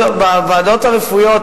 בוועדות הרפואיות,